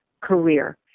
career